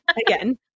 again